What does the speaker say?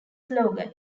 slogan